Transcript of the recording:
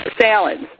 Salads